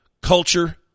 culture